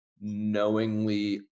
knowingly